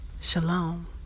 Shalom